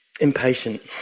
impatient